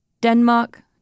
Denmark